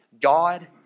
God